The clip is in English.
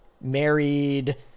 married